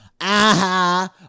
aha